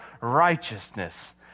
righteousness